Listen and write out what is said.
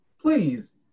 Please